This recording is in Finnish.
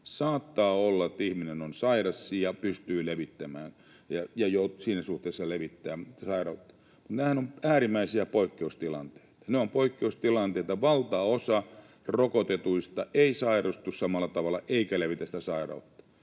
saattaa olla, että ihminen on sairas ja pystyy levittämään ja siinä suhteessa levittää sairautta, mutta nämähän ovat äärimmäisiä poikkeustilanteita. Ne ovat poikkeustilanteita. Valtaosa rokotetuista ei sairastu samalla tavalla eikä levitä sitä sairautta,